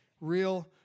real